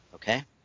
Okay